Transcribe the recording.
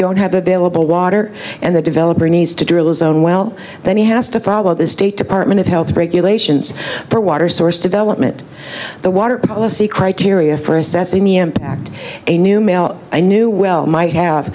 don't have available water and the developer needs to drill a zone well then he has to follow the state department of health regulations for water source development the water policy criteria for assessing the impact a new mail i knew why well might have